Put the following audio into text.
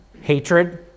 hatred